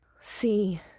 See